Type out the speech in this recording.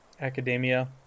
academia